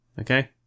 okay